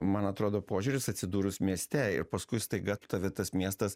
man atrodo požiūris atsidūrus mieste ir paskui staiga tave tas miestas